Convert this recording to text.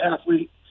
athlete